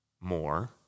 more